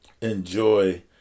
enjoy